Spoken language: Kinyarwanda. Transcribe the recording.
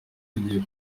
tugiye